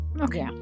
Okay